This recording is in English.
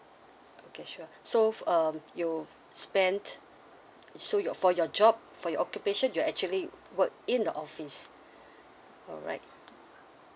okay sure so um you spent so your for your job for your occupation you're actually work in the office alright